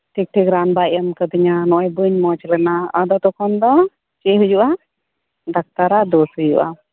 ᱴᱷᱤᱠ ᱴᱷᱤᱠ ᱨᱟᱱ ᱵᱟᱭ ᱮᱢ ᱠᱟᱫᱤᱧᱟ ᱱᱚᱜ ᱟᱭ ᱵᱟᱹᱧ ᱢᱚᱸᱡᱽ ᱞᱮᱱᱟ ᱟᱫᱚ ᱛᱚᱠᱷᱚᱱ ᱫᱚ ᱪᱮᱜ ᱦᱩᱭᱩᱜᱼᱟ ᱰᱟᱠᱛᱟᱨᱟᱜ ᱫᱳᱥ ᱦᱩᱭᱩᱜᱼᱟ